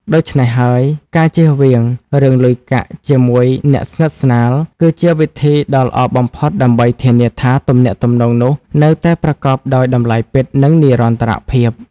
ដូច្នេះហើយ ការជៀសវាងរឿងលុយកាក់ជាមួយអ្នកស្និទ្ធស្នាល គឺជាវិធីដ៏ល្អបំផុតដើម្បីធានាថាទំនាក់ទំនងនោះនៅតែប្រកបដោយតម្លៃពិត និងនិរន្តរភាព។